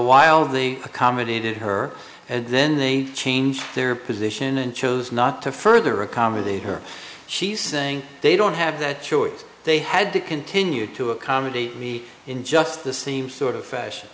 while the accommodated her and then they change their position and chose not to further accommodate her she's saying they don't have that choice they had to continue to accommodate me in just the same sort of fashion